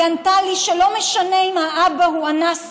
היא ענתה לי שלא משנה אם האבא הוא אנס,